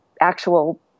actual